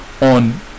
on